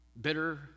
bitter